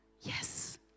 Yes